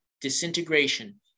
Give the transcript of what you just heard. Disintegration